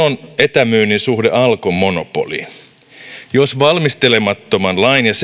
etämyynnin suhde alkon monopoliin jos valmistelemattoman lain ja sekavan